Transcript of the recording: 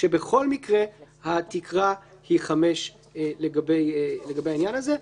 בכל מקרה התקרה היא חמש לגבי העניין הזה.